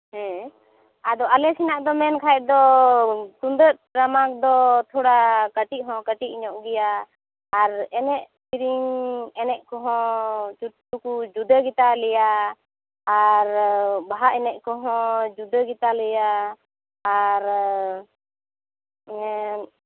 ᱦᱮᱸ ᱟᱫᱚ ᱟᱞᱮ ᱥᱮᱱᱟᱜ ᱫᱚ ᱢᱮᱱ ᱠᱷᱟᱱ ᱫᱚ ᱛᱩᱝᱫᱟᱹᱜ ᱴᱟᱢᱟᱠ ᱫᱚ ᱛᱷᱚᱲᱟ ᱠᱟᱹᱴᱤᱡ ᱦᱚᱸ ᱠᱟᱹᱴᱤᱡ ᱧᱚᱜ ᱜᱮᱭᱟ ᱟᱨ ᱮᱱᱮᱡ ᱥᱮᱨᱮᱧ ᱮᱱᱮᱡ ᱠᱚᱦᱚᱸ ᱡᱚᱛᱚ ᱠᱚ ᱡᱩᱫᱟᱹ ᱜᱮᱛᱟᱞᱮᱭᱟ ᱟᱨ ᱵᱟᱦᱟ ᱮᱱᱮᱡ ᱠᱚᱦᱚᱸ ᱡᱩᱫᱟᱹ ᱜᱮᱛᱟᱞᱮᱭᱟ ᱟᱨ